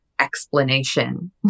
explanation